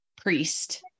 priest